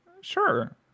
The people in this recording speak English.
Sure